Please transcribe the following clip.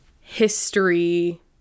history